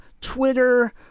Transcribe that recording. Twitter